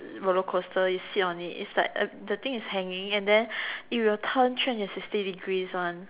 roller coaster you seat on it it's like the thing is hanging and then it will turn three hundred sixty degrees one